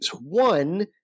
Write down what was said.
One